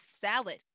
salad